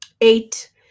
eight